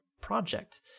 project